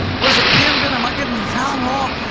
was it camden? am i getting the town wrong?